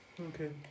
Okay